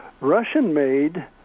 Russian-made